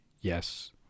Yes